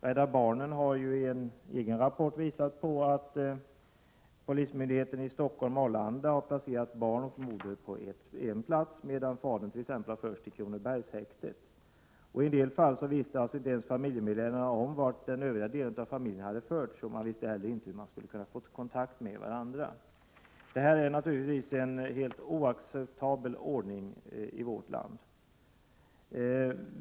Rädda barnen har i en egen rapport visat på att polismyndigheten i Stockholm — Arlanda har placerat barn och moder på en plats medan fadern t.ex. har förts till Kronobergshäktet. I en del fall visste inte ens familjemedlemmarna om vart den övriga delen av familjen hade förts. De visste heller inte hur de skulle få kontakt med varandra. Det är naturligtvis en oacceptabel ordning i vårt land.